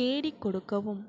தேடிக் கொடுக்கவும்